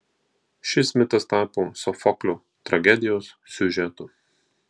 šis mitas tapo sofoklio tragedijos siužetu